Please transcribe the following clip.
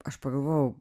aš pagalvojau